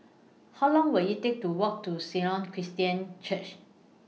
How Long Will IT Take to Walk to Sion Christian Church